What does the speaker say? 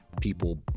people